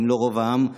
אם לא ברוב העם.